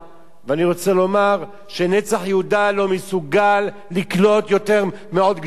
אני רוצה לומר ש"נצח יהודה" לא מסוגל לקלוט יותר מעוד גדוד אחד.